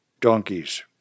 donkeys